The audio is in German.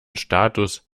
status